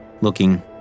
looking